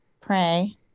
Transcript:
pray